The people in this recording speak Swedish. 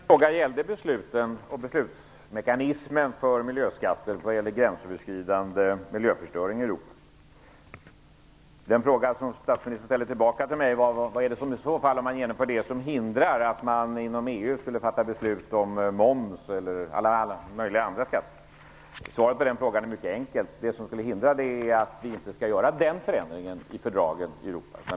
Fru talman! Det är alldeles rätt att min fråga gällde besluten och beslutsmekanismen för miljöskatten vad gäller gränsöverskridande miljöförstöring i Europa. Den fråga som statsministern ställde tillbaka till mig var: Vad är det som i så fall, om man genomför detta, hindrar att man inom EU skulle fatta beslut om moms och alla möjliga andra skatter? Svaret på den frågan är mycket enkelt. Det som skulle hindra det är att vi inte skall göra den förändringen i fördragen i Europa.